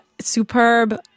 superb